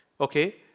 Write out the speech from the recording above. Okay